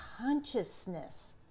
consciousness